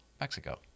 Mexico